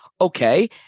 Okay